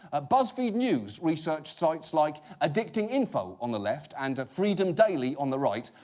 ah buzzfeed news researched sites like addicting info on the left and freedom daily on the right,